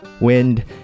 Wind